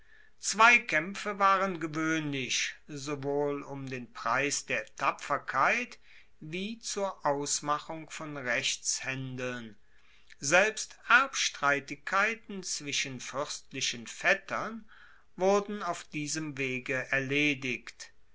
zweikaempfe waren gewoehnlich sowohl um den preis der tapferkeit wie zur ausmachung von rechtshaendeln selbst erbstreitigkeiten zwischen fuerstlichen vettern wurden auf diesem wege erledigt